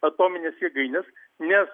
atomines jėgaines nes